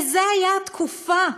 וזו הייתה תקופה,